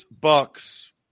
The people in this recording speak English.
Bucks